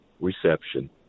reception